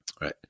right